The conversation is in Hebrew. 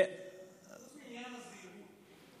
חוץ מעניין הזהירות,